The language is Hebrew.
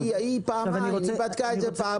היא בדקה את זה פעמיים.